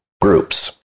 groups